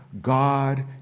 God